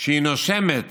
שהיא נושמת